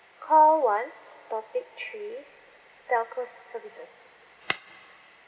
call one topic three telco services